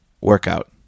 Workout